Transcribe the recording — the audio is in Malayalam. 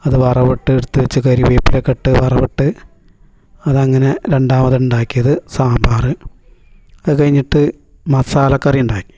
അത് വറവ് ഇട്ട് എടുത്ത് വെച്ച് കരിവേപ്പില ഇട്ട് വറവ് ഇട്ട് അത് അങ്ങനെ രണ്ടാമത് ഉണ്ടാക്കിയത് സാമ്പാർ അത് കഴിഞ്ഞിട്ട് മസാല കറി ഉണ്ടാക്കി